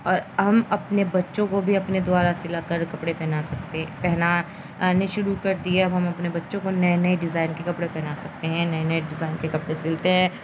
اور ہم اپنے بچوں کو بھی اپنے دوارا سلا کر کپڑے پہنا سکتے پہنا آے شروع کر دییاے ہم اپنے بچوں کو نئے نئے ڈیزائن کے کپڑے پہنا سکتے ہیں نئے نئے ڈیزائن کے کپڑے سلتے ہیں